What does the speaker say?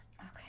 Okay